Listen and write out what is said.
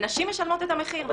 ונשים משלמות את המחיר.